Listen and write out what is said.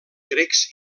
grecs